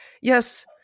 Yes